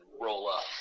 roll-up